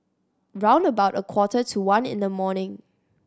round about a quarter to one in the morning